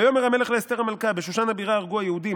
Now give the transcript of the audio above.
"'ויאמר המלך לאסתר המלכה בשושן הבירה הרגו היהודים'.